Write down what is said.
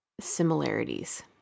similarities